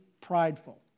prideful